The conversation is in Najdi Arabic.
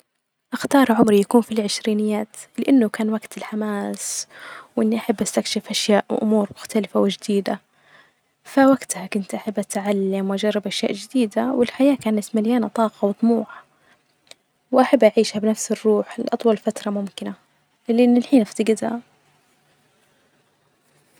أختار عمر يكون في العشرينيات لأنه كان وجت الحماس وإني أحب أستكشف أشياء وأمور مختلفة وجديدة، فوجتها كنت أحب أتعلم وأجرب أشياء جديدة، الحياة كانت مليانة طاقة وطوح وأحب أعيشها بنفس الروح لأطول فترة ممكنة لإني الحين أفتجدها.